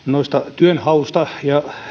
työnhausta ja